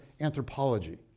anthropology